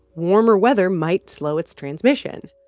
warmer weather might slow its transmission,